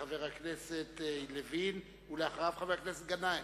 חבר הכנסת לוין, ואחריו, חבר הכנסת גנאים.